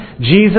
Jesus